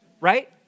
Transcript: right